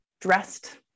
dressed